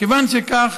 וכיוון שכך,